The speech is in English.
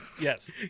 Yes